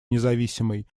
независимой